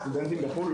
הסטודנטים בחו"ל,